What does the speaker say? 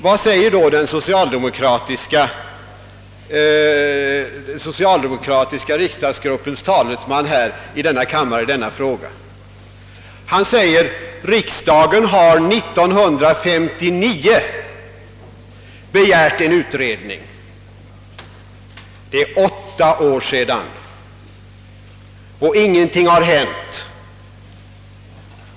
Vad säger då den socialdemokratiska riksdagsgruppens talesman i denna fråga? Jo, han säger att riksdagen år 1959 har begärt en utredning. Det är åtta år sedan — och ingenting har hänt!